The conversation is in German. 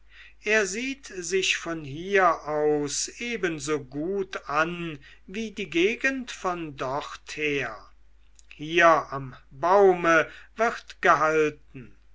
er sieht sich von hier aus ebenso gut an wie die gegend von dort her hier am baume wird gehalten